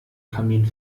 kamin